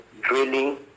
drilling